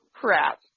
crap